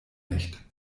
nicht